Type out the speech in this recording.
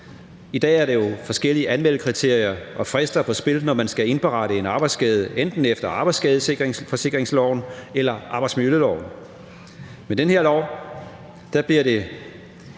I dag er der jo forskellige anmeldekriterier og frister på spil, når man skal indberette en arbejdsskade enten efter arbejdsskadeforsikringsloven eller arbejdsmiljøloven. Med den her lov bliver alle